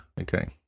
Okay